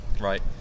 right